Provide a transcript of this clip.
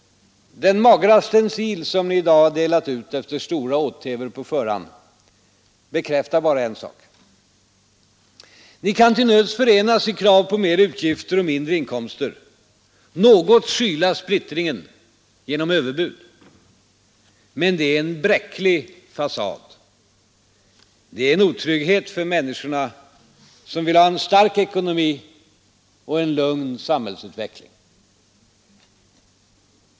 Den magra stencil som ni i dag har delat ur, efter stora åthävor på förhand, bekräftar bara en sak. Ni kan till nöds förenas i krav på mera utgifter och mindre inkomster, något skyla splittringen genom överbud. Men det är en bräcklig fasad. Det är en otrygghet för människorna som vill ha en stark ekonomi och en lugn samhällsutveckling.